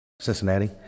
Cincinnati